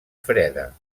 freda